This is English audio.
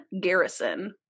Garrison